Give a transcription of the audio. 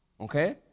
Okay